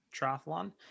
triathlon